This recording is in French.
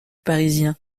parisien